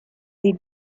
sie